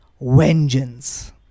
vengeance